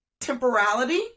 temporality